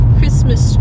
Christmas